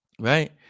Right